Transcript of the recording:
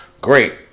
great